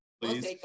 please